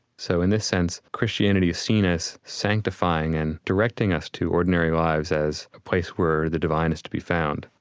so in this sense, christianity is seen as sanctifying and directing us to ordinary lives as a place where the divine is to be found.